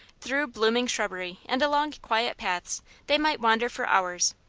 through blooming shrubbery and along quiet paths they might wander for hours,